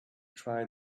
try